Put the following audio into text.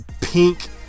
pink